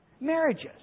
Marriages